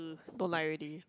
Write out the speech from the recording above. don't like already